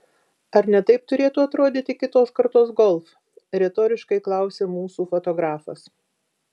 ar ne taip turėtų atrodyti kitos kartos golf retoriškai klausė mūsų fotografas